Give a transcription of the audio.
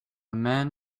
man